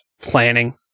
planning